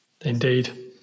indeed